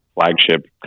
flagship